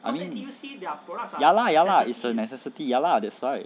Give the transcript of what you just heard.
I mean ya lah ya lah is a necessity ya lah that's why